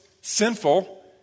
sinful